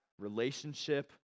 relationship